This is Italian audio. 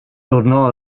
tornò